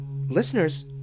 Listeners